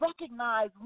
recognize